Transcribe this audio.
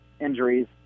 injuries